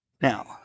now